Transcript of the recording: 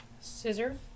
Scissor